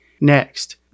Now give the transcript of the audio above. Next